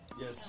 Yes